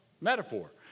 metaphor